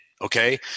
Okay